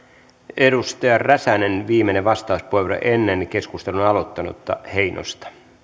edustaja räsänen viimeinen vastauspuheenvuoro ennen keskustelun aloittanutta heinosta